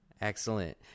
excellent